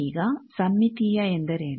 ಈಗ ಸಮ್ಮಿತೀಯ ಎಂದರೆ ಏನು